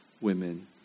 women